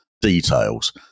details